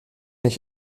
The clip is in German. ich